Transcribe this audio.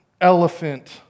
elephant